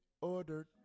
ordered